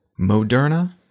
Moderna